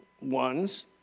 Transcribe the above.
ones